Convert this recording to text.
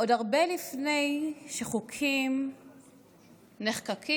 עוד הרבה לפני שחוקים נחקקים,